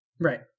Right